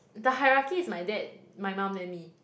the hierarchy is my dad my mum then me